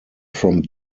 from